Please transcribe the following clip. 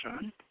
son